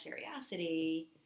curiosity